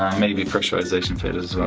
maybe pressurization failures as well,